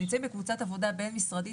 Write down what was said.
אנחנו נמצאים בקבוצת עבודה בין-משרדית